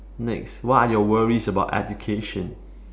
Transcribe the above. next what are your worries about education